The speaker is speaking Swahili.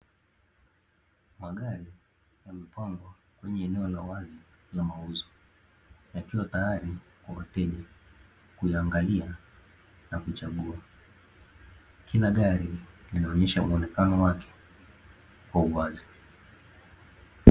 Magari yamepangwa kwenye eneo la wazi la mauzo, yakiwa tayari kwa wateja kuyaangalia na kuchagua. Kila gari linaonyesha muuonekano wake kwa uwazi.